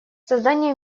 создание